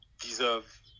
deserve